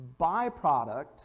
byproduct